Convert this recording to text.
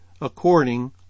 according